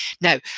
Now